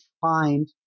find